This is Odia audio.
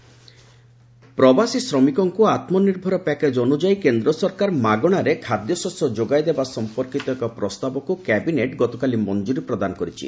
ଆତ୍କନିର୍ଭର ଭାରତ ପ୍ୟାକେଜ୍ ପ୍ରବାସୀ ଶ୍ରମିକଙ୍କୁ ଆତ୍ମନିର୍ଭର ପ୍ୟାକେଜ ଅନୁଯାୟୀ କେନ୍ଦ୍ର ସରକାର ମାଗଣାରେ ଖାଦ୍ୟଶସ୍ୟ ଯୋଗାଇଦେବା ସଫପର୍କିତ ଏକ ପ୍ରସ୍ତାବକୁ କ୍ୟାବିନେଟ୍ ଗତକାଲି ମଫ୍ଟୁରୀ ପ୍ରଦାନ କରିଛି